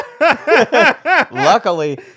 Luckily